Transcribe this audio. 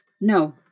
No